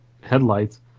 headlights